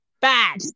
bad